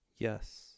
Yes